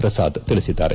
ಪ್ರಸಾದ್ ತಿಳಿಸಿದ್ದಾರೆ